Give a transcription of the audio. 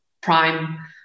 prime